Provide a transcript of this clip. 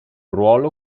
ruolo